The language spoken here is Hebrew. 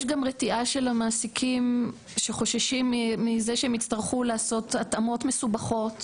יש גם רתיעה של המעסיקים שחוששים מזה שהם יצטרכו לעשות התאמות מסובכות